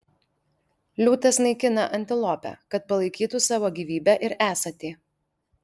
liūtas naikina antilopę kad palaikytų savo gyvybę ir esatį